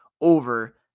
over